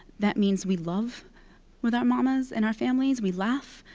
that means we love with our mamas and our families. we laugh,